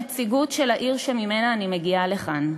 נציגות של העיר שממנה אני מגיעה לכאן,